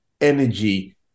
energy